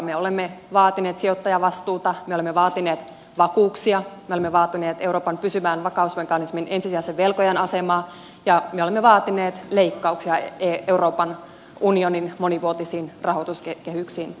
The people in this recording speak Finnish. me olemme vaatineet sijoittajavastuuta me olemme vaatineet vakuuksia me olemme vaatineet euroopan pysyvään vakausmekanismiin ensisijaisen velkojan asemaa ja me olemme vaatineet leikkauksia euroopan unionin monivuotisiin rahoituskehyksiin